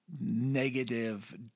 negative